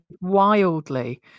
wildly